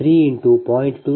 2ln Dr 30